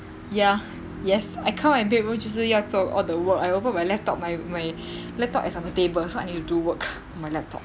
ya yes I come my bedroom 就是要做 all the work I open my laptop my my laptop is on the table so I need to do work on my laptop